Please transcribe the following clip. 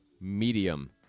Medium